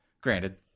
Granted